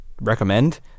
Recommend